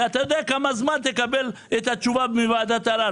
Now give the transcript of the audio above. ואתה יודע כמה זמן תקבל את התשובה מוועדת הערר.